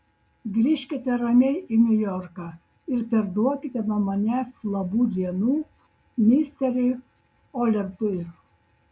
grįžkite ramiai į niujorką ir perduokite nuo manęs labų dienų misteriui olertui